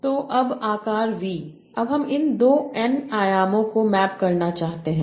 तो अब आकार V अब हम इन 2 N आयामों को मैप करना चाहते हैं